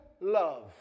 love